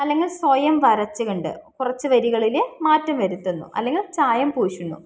അല്ലെങ്കിൽ സ്വയം വരച്ചുകണ്ട് കുറച്ച് വരികളിൽ മാറ്റം വരുത്തുന്നു അല്ലെങ്കിൽ ചായം പൂശുന്നു